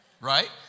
Right